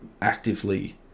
actively